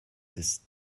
this